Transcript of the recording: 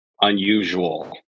unusual